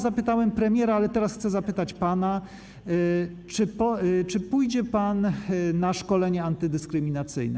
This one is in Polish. Zapytałem premiera, ale teraz chcę zapytać pana: Czy pójdzie pan na szkolenie antydyskryminacyjne?